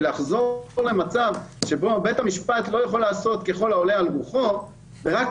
ולחזור למצב שבו בית המשפט לא יכול לעשות ככל העולה על רוחו ורק